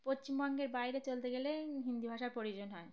পশ্চিমবঙ্গের বাইরে চলতে গেলে হিন্দি ভাষার প্রয়োজন হয়